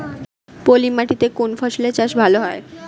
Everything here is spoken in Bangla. পলি মাটিতে কোন ফসলের চাষ ভালো হয়?